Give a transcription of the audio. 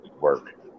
work